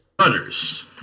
Runners